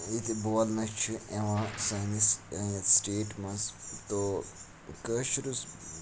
ییٚتہِ بولنہٕ چھُ یِوان سٲنِس یَتھ سِٹیٹ منٛز دو کٲشُر یُس